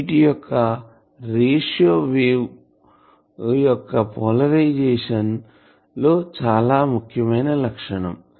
వీటి యొక్క ratio wave యొక్క పోలరైజేషన్ లో చాలా ముఖ్యమైన లక్షణం